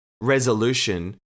resolution